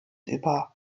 über